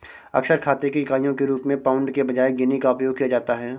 अक्सर खाते की इकाइयों के रूप में पाउंड के बजाय गिनी का उपयोग किया जाता है